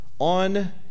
On